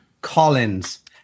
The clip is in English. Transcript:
Collins